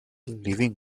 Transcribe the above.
leaving